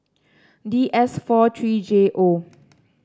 D S four three J O